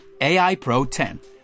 AIPRO10